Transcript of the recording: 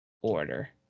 Order